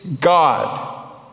God